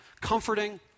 comforting